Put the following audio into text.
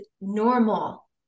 normal